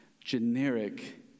generic